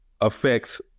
affects